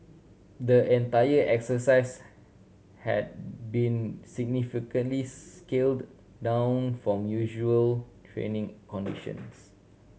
the entire exercise had been significantly scaled down from usual training conditions